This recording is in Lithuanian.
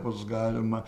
bus galima